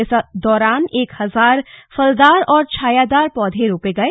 इस दौरान एक हजार फलदार और छायादार पौधे रोपे गए